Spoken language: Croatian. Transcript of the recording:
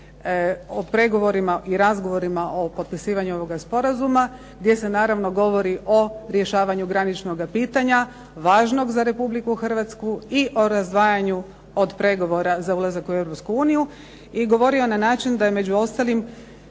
o pregovorima i razgovorima o potpisivanju ovoga sporazuma, gdje se naravno govori o rješavanju graničnoga pitanja, važnog za Republiku Hrvastku i o razdvajanju od pregovora za ulazak u Europsku uniju i govori na način da je među ostalim